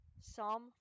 Psalm